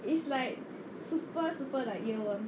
is like super super like year one